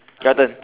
your turn